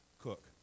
cook